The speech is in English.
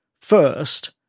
first